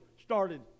started